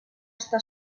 està